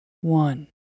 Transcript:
One